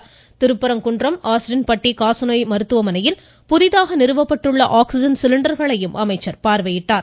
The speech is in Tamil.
மேலும் திருப்பரங்குன்றம் ஆஸ்டின்பட்டி காசநோய் மருத்துவமனையில் புதிதாக நிறுவப்பட்டுள்ள ஆக்சிஜன் சிலிண்டர்களையும் அமைச்சர் பார்வையிட்டார்